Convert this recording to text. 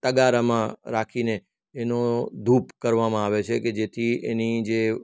તગારામાં રાખીને એનો ધૂપ કરવામાં આવે છે કે જેથી એની જે